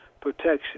protection